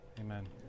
amen